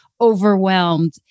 overwhelmed